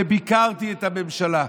וביקרתי את הממשלה.